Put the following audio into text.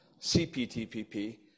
CPTPP